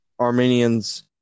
Armenians